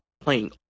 playing